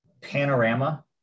Panorama